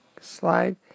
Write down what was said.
slide